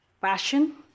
passion